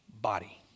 body